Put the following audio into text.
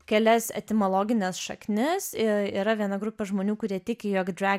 kelias etimologines šaknis yra viena grupė žmonių kurie tiki jog drag